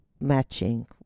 matching